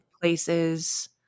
places